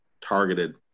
targeted